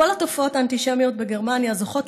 וכל התופעות האנטישמיות בגרמניה זוכות